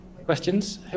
Questions